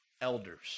elders